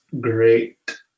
great